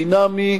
חינמי,